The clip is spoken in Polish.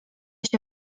się